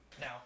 Now